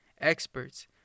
experts